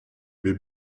mais